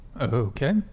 Okay